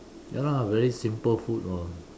ya lah very simple food lor